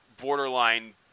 borderline